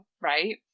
right